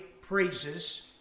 praises